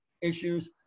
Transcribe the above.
issues